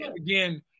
again